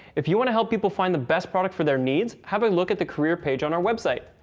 if you want to help people find the best product for their needs, have a look at the careers page on our website.